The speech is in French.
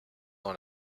dans